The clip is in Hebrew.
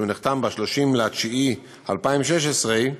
שנחתם ב-30 בספטמבר 2016,